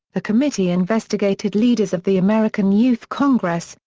the committee investigated leaders of the american youth congress,